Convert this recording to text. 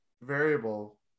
variable